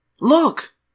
Look